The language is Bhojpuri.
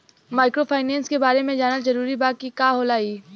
माइक्रोफाइनेस के बारे में जानल जरूरी बा की का होला ई?